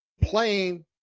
playing